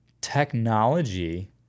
technology